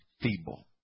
feeble